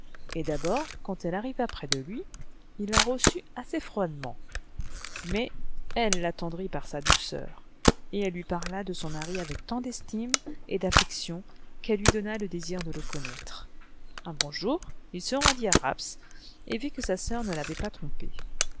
et d'abord quand elle arriva près de lui il la reçut assez froidement mais elle l'attendrit par sa douceur et elle lui parla de son mari avec tant d'estime et d'affection qu'elle lui donna le désir de le connaître un beau jour il se rendit à rapps et vit que sa sœur ne l'avait pas trompé